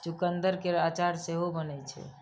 चुकंदर केर अचार सेहो बनै छै